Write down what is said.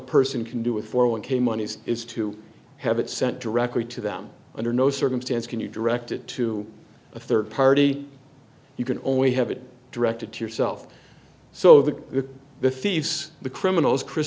person can do with for one k monies is to have it sent directly to them under no circumstance can you direct it to a third party you can only have it directed to yourself so that the thieves the criminals chris